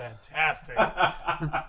fantastic